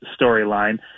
storyline